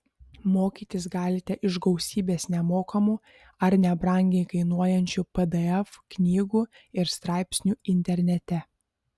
mokytis galite iš gausybės nemokamų ar nebrangiai kainuojančių pdf knygų ir straipsnių internete